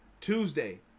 tuesday